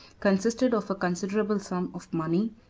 consisted of a considerable sum of money,